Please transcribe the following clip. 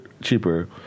cheaper